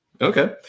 Okay